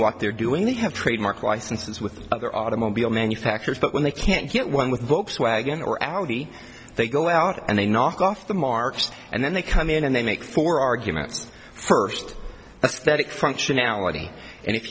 what they're doing they have trademark licenses with other automobile manufacturers but when they can't get one with hopes wagon or audi they go out and they knock off the market and then they come in and they make four arguments first that's that it functionality and if